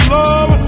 love